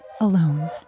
alone